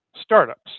startups